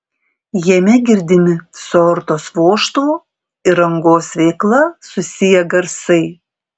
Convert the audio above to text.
jame girdimi su aortos vožtuvo ir angos veikla susiję garsai